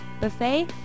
Buffet